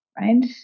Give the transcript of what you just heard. right